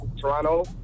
Toronto